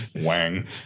Wang